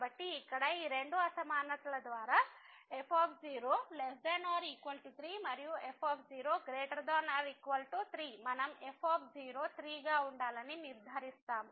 కాబట్టి ఇక్కడ ఈ రెండు అసమానతల ద్వారా f0≤ 3 మరియు f0 3 మనం f 3 గా ఉండాలని నిర్ధారిస్తాము